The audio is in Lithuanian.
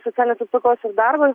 socialinės apsaugos ir darbo